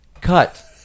cut